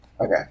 Okay